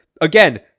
again